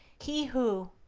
he who,